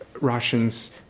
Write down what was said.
Russians